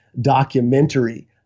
documentary